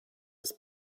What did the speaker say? des